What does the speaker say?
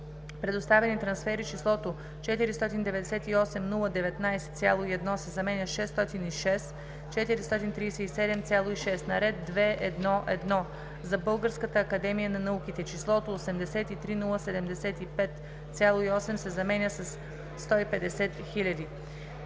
Предоставени трансфери числото „-498 019,1“ се заменя с „-606 437,6“. - на ред 2.1.1. за Българската академия на науките числото „ 83 075,8“ се заменя с „-150 000,0“.